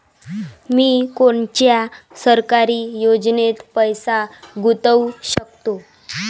मी कोनच्या सरकारी योजनेत पैसा गुतवू शकतो?